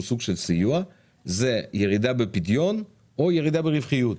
סוג של סיוע הוא ירידה בפדיון או ירידה ברווחיות.